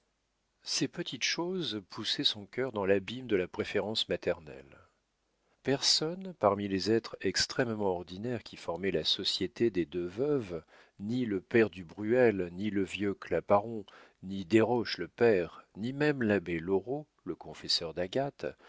ces petites choses poussaient son cœur dans l'abîme de la préférence maternelle personne parmi les êtres extrêmement ordinaires qui formaient la société des deux veuves ni le père du bruel ni le vieux claparon ni desroches le père ni même l'abbé loraux le confesseur d'agathe